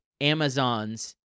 amazon's